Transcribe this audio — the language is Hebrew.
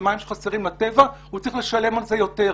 אלה מים שחסרים לטבע והוא צריך לשלם על זה יותר.